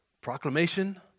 Proclamation